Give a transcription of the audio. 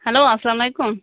hello اسلام علیکُم